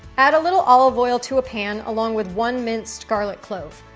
add a little olive oil to a pan along with one minced garlic clove.